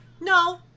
No